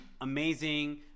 amazing